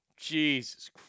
Jesus